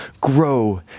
grow